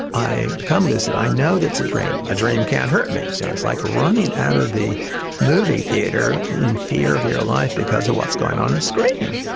i become lucid, i know it's a dream, a dream can't hurt me, so it's like running out of the movie theatre in fear of your life because of what's going on the screen.